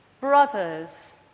Brothers